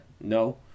no